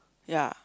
ya